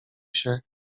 się